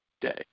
day